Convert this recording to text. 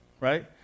right